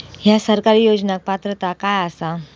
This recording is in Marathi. हया सरकारी योजनाक पात्रता काय आसा?